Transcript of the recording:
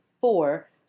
Four